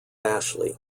ashley